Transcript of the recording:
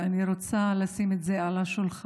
ואני רוצה לשים את זה על השולחן,